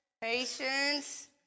patience